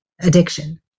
addiction